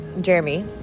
Jeremy